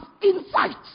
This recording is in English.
insight